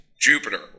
Jupiter